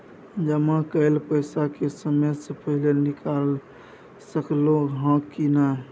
जमा कैल पैसा के समय से पहिले निकाल सकलौं ह की नय?